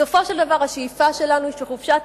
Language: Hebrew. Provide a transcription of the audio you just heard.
בסופו של דבר השאיפה שלנו היא שחופשת